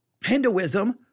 Hinduism